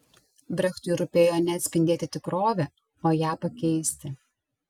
brechtui rūpėjo ne atspindėti tikrovę o ją pakeisti